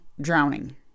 drowning